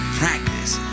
practice